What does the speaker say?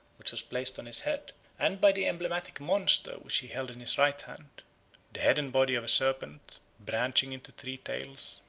which was placed on his head and by the emblematic monster which he held in his right hand the head and body of a serpent branching into three tails,